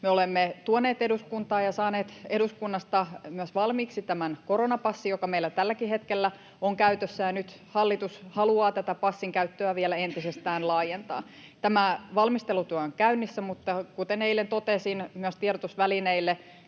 olemme tuoneet eduskuntaan ja saaneet eduskunnasta myös valmiiksi tämän koronapassin, joka meillä tälläkin hetkellä on käytössä, ja nyt hallitus haluaa tätä passin käyttöä vielä entisestään laajentaa. Tämä valmistelutyö on käynnissä, mutta kuten eilen totesin myös tiedotusvälineille,